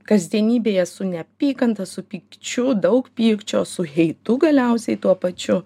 kasdienybėje su neapykanta su pykčiu daug pykčio su heitu galiausiai tuo pačiu